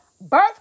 birth